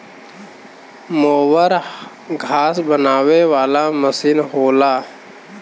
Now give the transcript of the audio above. mower घास बनावे वाला मसीन होला